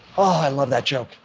oh, i love that joke.